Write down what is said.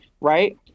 right